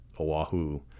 Oahu